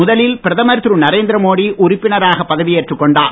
முதலில் பிரதமர் திரு நரேந்திரமோடி உறுப்பினராக பதவி ஏற்றுக் கொண்டார்